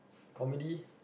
comedy